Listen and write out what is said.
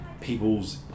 people's